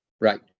Right